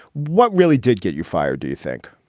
what really did get you fired, do you think?